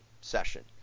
session